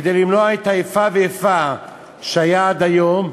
שכדי למנוע את האיפה ואיפה שהייתה עד היום,